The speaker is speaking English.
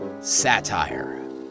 satire